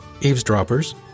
eavesdroppers